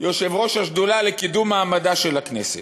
יושב-ראש השדולה לקידום מעמדה של הכנסת.